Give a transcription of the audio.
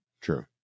True